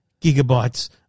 gigabytes